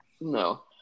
No